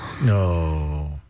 No